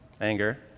Anger